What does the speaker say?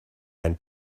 ein